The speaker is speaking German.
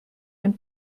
ein